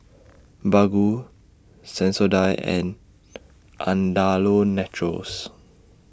Baggu Sensodyne and Andalou Naturals